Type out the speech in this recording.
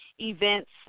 events